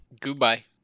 Goodbye